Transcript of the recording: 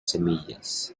semillas